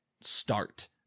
start